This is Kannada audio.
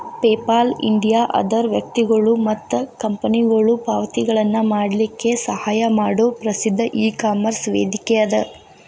ಪೇಪಾಲ್ ಇಂಡಿಯಾ ಅದರ್ ವ್ಯಕ್ತಿಗೊಳು ಮತ್ತ ಕಂಪನಿಗೊಳು ಪಾವತಿಗಳನ್ನ ಮಾಡಲಿಕ್ಕೆ ಸಹಾಯ ಮಾಡೊ ಪ್ರಸಿದ್ಧ ಇಕಾಮರ್ಸ್ ವೇದಿಕೆಅದ